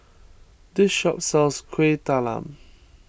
this shop sells Kuih Talam